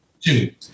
two